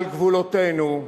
על גבולותינו,